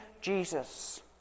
Jesus